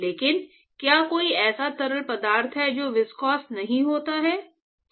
लेकिन क्या कोई ऐसा तरल पदार्थ है जो विस्कोस नहीं होता है